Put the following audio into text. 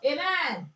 Amen